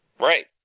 Right